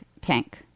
Tank